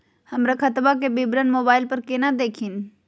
हमर खतवा के विवरण मोबाईल पर केना देखिन?